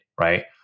right